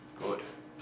good.